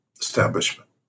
establishment